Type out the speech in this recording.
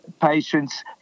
patients